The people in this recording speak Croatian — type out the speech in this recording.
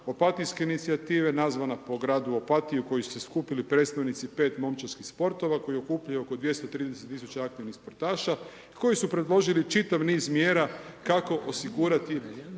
Opatijske inicijative, nazvana po gradu Opatiji u kojoj su se skupili predstavnici 5 momčadskih sportova, koji okupljaju oko 230 tisuća aktivnih sportaša i koji su predložili čitav niz mjera kako osigurati